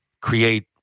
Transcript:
create